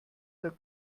der